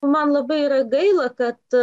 man labai yra gaila kad